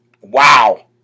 Wow